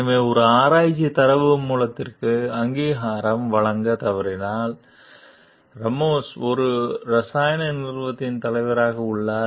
எனவே ஒரு ஆராய்ச்சி தரவு மூலத்திற்கு அங்கீகாரம் வழங்க தவறியதால் ராமோஸ் ஒரு இரசாயன நிறுவனத்தின் தலைவராக உள்ளார்